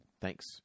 Thanks